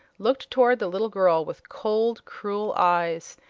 looked toward the little girl with cold, cruel eyes,